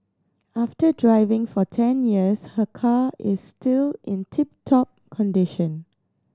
after driving for ten years her car is still in tip top condition